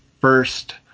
first